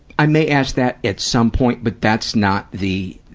i may ask that at some point, but that's not the,